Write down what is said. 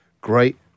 great